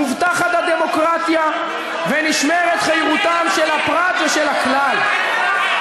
מובטחת הדמוקרטיה ונשמרת חירותם של הפרט ושל הכלל.